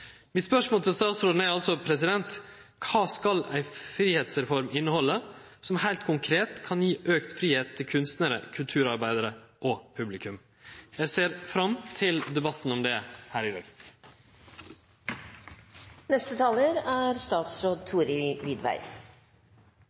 Mitt spørsmål til statsråden er altså: Kva skal ei fridomsreform innehalde, som heilt konkret kan gje auka fridom til kunstnarar, kulturarbeidarar og publikum? Eg ser fram til debatten om det her i